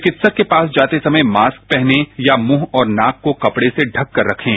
चिकित्सक के पास जाते समय मास्क पहने या मुंह और नाक को कपड़े से ढककर रखें